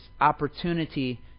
opportunity